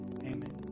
Amen